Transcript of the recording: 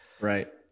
Right